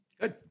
Good